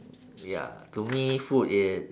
ya to me food is